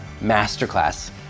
Masterclass